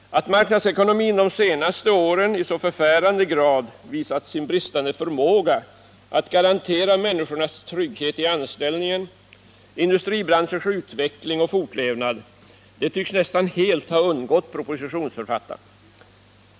Att marknadsekonomin de senaste åren i förfärande grad visat sin bristande förmåga att garantera människornas trygghet i anställningen och industribranschers utveckling och fortlevnad, det tycks nästan helt ha undgått propositionsförfattaren.